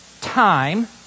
time